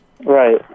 right